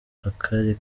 akari